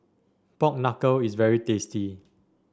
Pork Knuckle is very tasty